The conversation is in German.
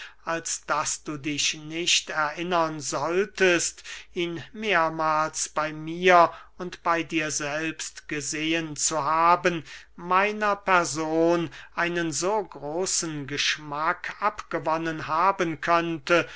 als daß du dich nicht erinnern solltest ihn mehrmahls bey mir und bey dir selbst gesehen zu haben meiner person einen so großen geschmack abgewonnen haben könnte